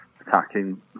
attacking